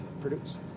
produce